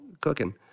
cooking